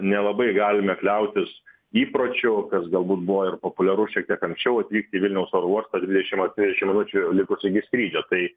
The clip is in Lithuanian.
nelabai galime kliautis įpročiu kas galbūt buvo ir populiaru šiek tiek anksčiau atvykti į vilniaus oro uostą dvidešim ar trisdešim minučių likus iki skrydžio tai